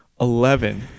Eleven